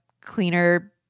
cleaner